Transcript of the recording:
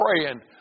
praying